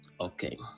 okay